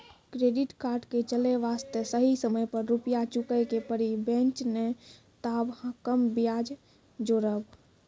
Credit card के चले वास्ते सही समय पर रुपिया चुके के पड़ी बेंच ने ताब कम ब्याज जोरब?